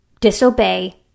disobey